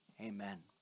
amen